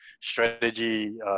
strategy